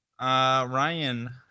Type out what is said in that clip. ryan